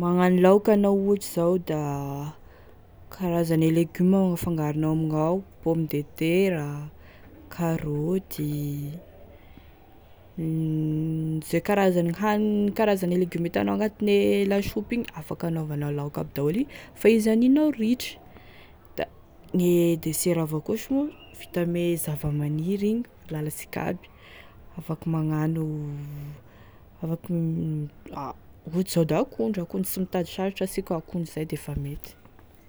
magnano laoky anao ohatry zao da magnano karazane legiome avao afangaronao amignao, pomme de terre, karaoty, ze karazane hany karazane legiome hitanao agnatine lasopy igny afaka hanaovanao laoky aby daoly zany fa aninao ritry da gne desera avao koa hozy gn'olo, vita ame zava-maniry igny lalasika aby, afaky magnano afaky ha ohatry zao da akondro, akondro sy mitady sarotry asika akondro zay defa mety.